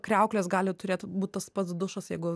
kriauklės gali turėt būt tas pats dušas jeigu